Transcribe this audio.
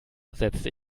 setzte